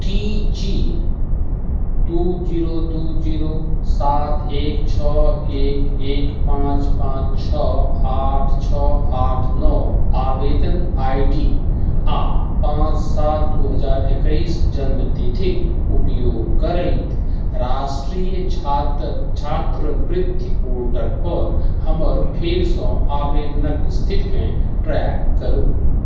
T G दू जीरो दू जीरो सात एक छओ एक एक पाँच पाँच छओ आठ छओ आठ नओ आवेदन आइ डी आओर पाँच सात दू हजार एकैस जन्मतिथिक उपयोग करैत राष्ट्रिय छात्र छात्रवृत्ति पोर्टलपर हमर फेरसँ आवेदनक स्थितिकेँ ट्रैक करु